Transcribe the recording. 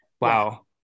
wow